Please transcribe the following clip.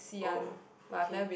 oh okay